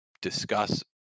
discuss